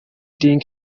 dean